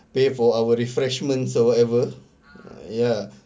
pay for our refreshments or whatever ya